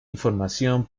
información